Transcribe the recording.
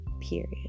Period